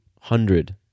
hundred